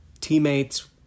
teammates